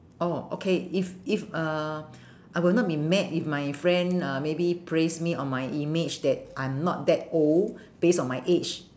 oh okay if if uh I will not be mad if my friend uh maybe praise me on my image that I'm not that old base on my age